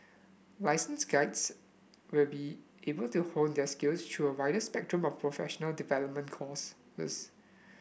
licensed guides will be able to hone their skills through a wider spectrum of professional development course this